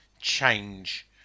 change